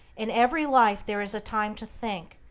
in every life there is time to think,